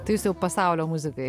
tai jūs jau pasaulio muzikai